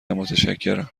متشکرم